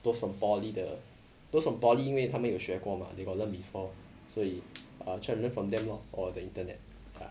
those from poly 的 those from poly 因为他们有学过 mah they got learn before 所以 err try to learn from lor or the internet ya